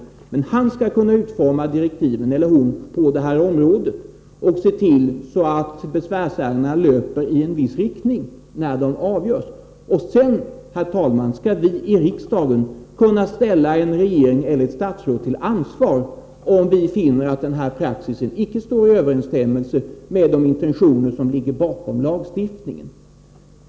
Men han eller hon skall kunna utforma direktiven på området och se till att besvärsärendena löper i en viss riktning då de avgörs. Och sedan, herr talman, skall vi i riksdagen kunna ställa en regering eller ett statsråd till ansvar, om vi finner att denna praxis icke står i överensstämmelse med de intentioner som ligger bakom lagstiftningen.